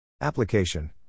Application